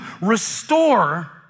restore